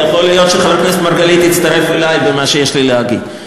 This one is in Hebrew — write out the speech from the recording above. כי יכול להיות שחבר הכנסת מרגלית יצטרף אלי במה שיש לי להגיד.